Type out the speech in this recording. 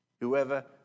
Whoever